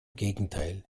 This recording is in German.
gegenteil